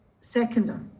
seconder